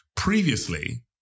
Previously